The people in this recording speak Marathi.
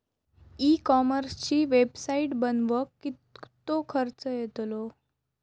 ई कॉमर्सची वेबसाईट बनवक किततो खर्च येतलो?